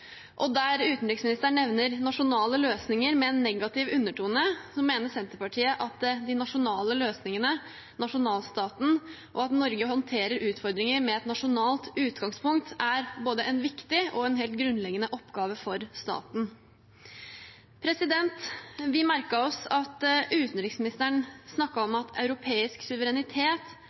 Og der utenriksministeren nevner nasjonale løsninger med en negativ undertone, mener Senterpartiet at de nasjonale løsningene, nasjonalstaten, og at Norge håndterer utfordringer med et nasjonalt utgangspunkt, er både en viktig og en helt grunnleggende oppgave for staten. Vi merket oss at utenriksministeren snakket om at europeisk suverenitet